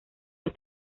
los